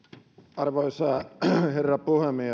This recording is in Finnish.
arvoisa herra puhemies